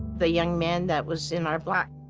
the young man that was in our block,